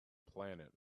planet